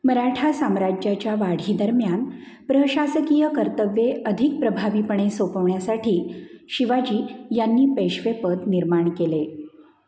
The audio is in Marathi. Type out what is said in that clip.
मराठा साम्राज्याच्या वाढीदरम्यान प्रशासकीय कर्तव्ये अधिक प्रभावीपणे सोपवण्यासाठी शिवाजी यांनी पेशवेपद निर्माण केले